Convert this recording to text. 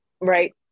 Right